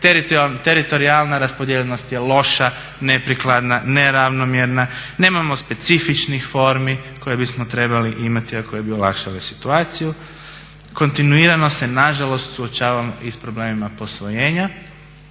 teritorijalna raspodijeljenost je loša, neprikladna, neravnomjerna, nemamo specifičnih formi koje bismo trebali imati a koje bi olakšale situaciju. Kontinuirano se nažalost suočavamo i s problemima posvojenja.